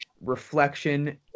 reflection